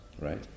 right